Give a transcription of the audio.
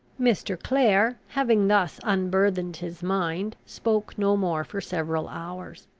mr. clare, having thus unburthened his mind, spoke no more for several hours.